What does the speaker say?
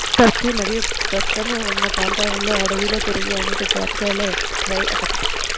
Turkey మరియు ప్రక్కనే ఉన్న ప్రాంతాలలో అడవిలో పెరిగే అనేక జాతులలో రై ఒకటి